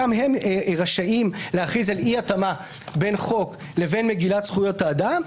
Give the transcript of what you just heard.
הם רשאים להכריז על אי-התאמה בין חוק לבין מגילת זכויות האדם.